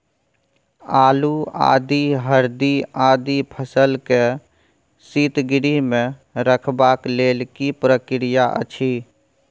आलू, आदि, हरदी आदि फसल के शीतगृह मे रखबाक लेल की प्रक्रिया अछि?